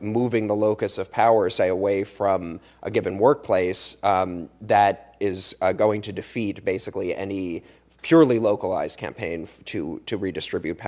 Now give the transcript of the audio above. moving the locus of power say away from a given workplace that is going to defeat basically any purely localized campaign to to redistribute